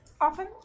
often